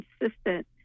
consistent